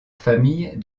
famille